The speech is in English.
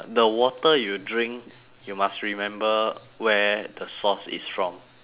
the water you drink you must remember where the source is from